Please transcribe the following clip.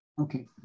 Okay